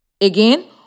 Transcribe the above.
Again